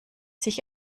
sich